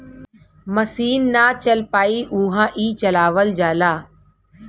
मसीन ना चल पाई उहा ई चलावल जाला